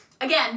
again